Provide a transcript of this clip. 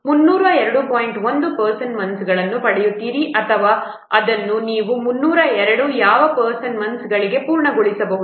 1 person ಮಂತ್ಸ್ಗಳನ್ನು ಪಡೆಯುತ್ತೀರಿ ಅಥವಾ ಇಲ್ಲವೇ ಅದನ್ನು ನೀವು 302 ಯಾವ ಪರ್ಸನ್ ಮಂತ್ಸ್ಗಳಿಗೆ ಪೂರ್ಣಗೊಳಿಸಬಹುದು